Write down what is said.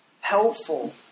helpful